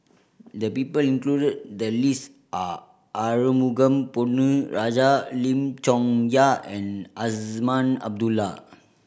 the people included in the list are Arumugam Ponnu Rajah Lim Chong Yah and Azman Abdullah